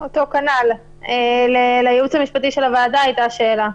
אותו כנ"ל, לייעוץ המשפטי של הוועדה הייתה שאלה.